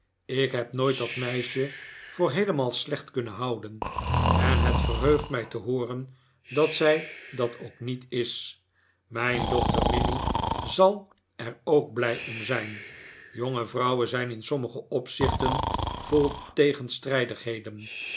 ik heb nooit dat meisje voor heelemaal slecht kunnen houden en het verheugt mij te hooren dat zij dat ook niet is mijn dochter minnie zal er ook blij om zijn jonge vrouwen zijn in sommige opzichten vol